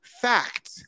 fact